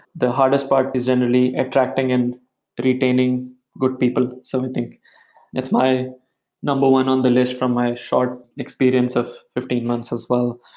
the hardest part is generally attracting and retaining good people, so we think. that's my number one on the list from my short experience of fifteen months as well.